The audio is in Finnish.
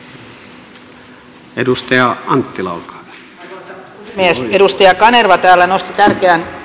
arvoisa puhemies edustaja kanerva täällä nosti tärkeän